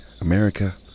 America